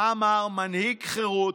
מה אמר מנהיג חרות,